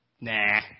nah